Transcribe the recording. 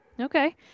Okay